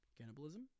Cannibalism